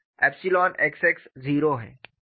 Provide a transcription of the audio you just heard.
और xx 0 है